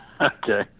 Okay